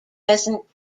present